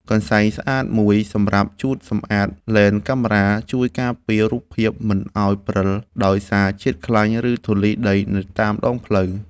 កន្សែងស្អាតមួយសម្រាប់ជូតសម្អាតលែនកាមេរ៉ា ជួយការពាររូបភាពមិនឱ្យព្រិលដោយសារជាតិខ្លាញ់ ឬធូលីដីនៅតាមដងផ្លូវ។